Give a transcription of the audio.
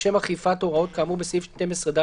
לשם אכיפת ההוראות כאמור בסעיף 12ד,